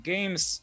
Games